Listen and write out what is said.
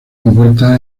envuelta